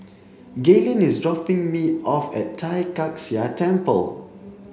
Galen is dropping me off at Tai Kak Seah Temple